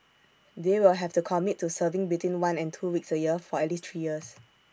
they will have to commit to serving between one and two weeks A year for at least three years